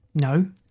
No